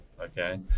Okay